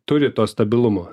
turi to stabilumo